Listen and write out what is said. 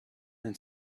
then